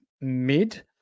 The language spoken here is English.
mid